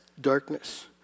darkness